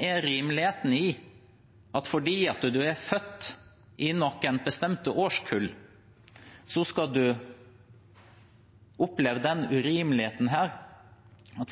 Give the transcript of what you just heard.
er rimeligheten i at fordi en er født i noen bestemte årskull, skal en oppleve den urimeligheten at